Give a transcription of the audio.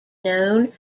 known